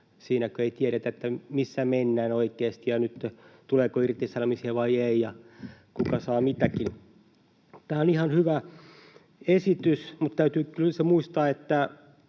kun ei tiedetä, missä mennään oikeasti ja tuleeko irtisanomisia vai ei ja kuka saa mitäkin. Tämä on ihan hyvä esitys, mutta täytyy kyllä